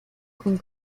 con